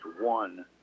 one